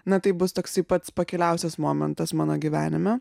na taip bus toksai pats pakiliausias momentas mano gyvenime